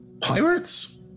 pirates